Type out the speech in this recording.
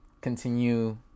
continue